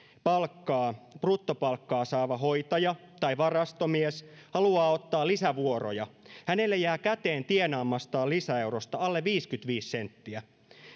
bruttopalkkaa saava hoitaja tai varastomies haluaa ottaa lisävuoroja hänelle jää käteen tienaamastaan lisäeurosta alle viisikymmentäviisi senttiä